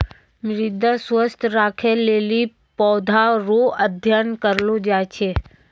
मृदा स्वास्थ्य राखै लेली पौधा रो अध्ययन करलो जाय छै